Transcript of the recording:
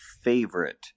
favorite